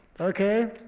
Okay